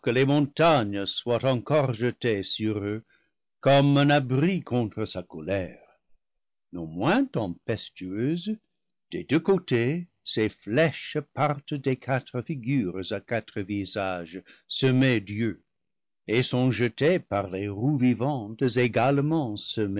les montagnes soient encore jetées sur eux comme un abri contre sa colère non moins tempestueuses des deux côtés ses flèches par lent des quatre figures à quatre visages semés d'yeux et sont jetées par les roues vivantes également